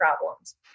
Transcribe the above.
problems